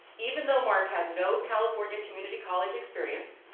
even though mark had no california community college experience,